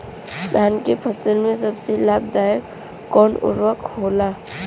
धान के फसल में सबसे लाभ दायक कवन उर्वरक होला?